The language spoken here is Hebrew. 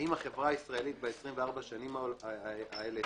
האם החברה הישראלית ב-24 השנים האלה